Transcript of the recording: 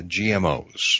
GMOs